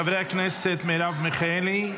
חברת הכנסת מירב מיכאלי,